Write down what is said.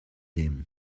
him